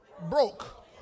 broke